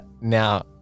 Now